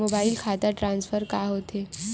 Mobile खाता transfer का होथे?